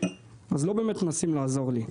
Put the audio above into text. אז לא באמת מנסים לעזור לי.